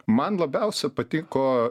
man labiausia patiko